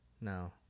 No